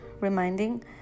reminding